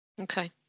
okay